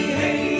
hey